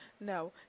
No